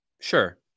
Sure